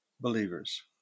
believers